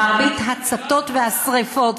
מרבית ההצתות והשרפות,